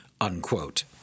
unquote